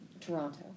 Toronto